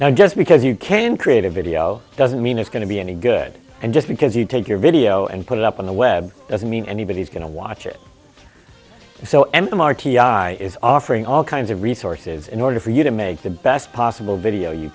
now just because you can create a video doesn't mean it's going to be any good and just because you take your video and put it up on the web doesn't mean anybody's going to watch it so m r t i is offering all kinds of resources in order for you to make the best possible video you